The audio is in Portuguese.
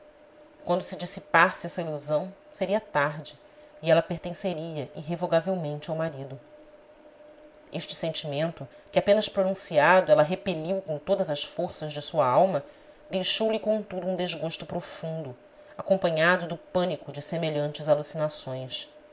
quando se dissipasse essa ilusão seria tarde e ela pertenceria irrevo ga velmente ao marido este sentimento que apenas pronunciado ela repeliu com todas as forças de sua alma deixou-lhe contudo um desgosto profundo acompanhado do pânico de semelhantes alucinações